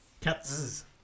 cats